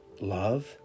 love